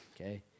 okay